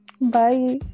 bye